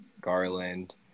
Garland